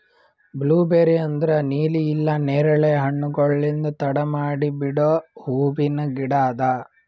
blueberry ಅಂದುರ್ ನೀಲಿ ಇಲ್ಲಾ ನೇರಳೆ ಹಣ್ಣುಗೊಳ್ಲಿಂದ್ ತಡ ಮಾಡಿ ಬಿಡೋ ಹೂವಿನ ಗಿಡ ಅದಾ